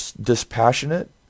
dispassionate